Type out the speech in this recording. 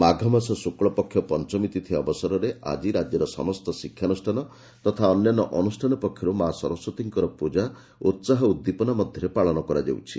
ମାଘମାସ ଶୁକ୍କପକ୍ଷ ପଞ୍ଚମୀ ତିଥ ଅବସରରେ ଆଜି ରାକ୍ୟର ସମସ୍ତ ଶିକ୍ଷାନୁଷ୍ଠାନ ତଥା ଅନ୍ୟାନ୍ୟ ଅନୁଷ୍ଠାନ ପକ୍ଷରୁ ମା ସରସ୍ୱତୀଙ୍କର ପୂଜା ଉସାହ ଉଦ୍ଦୀପନା ମଧ୍ୟରେ ପାଳନ କରାଯାଉଛି